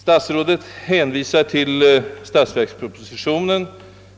Statsrådet hänvisar bara till att det i statsverkspropositionen